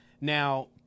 Now